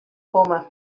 komme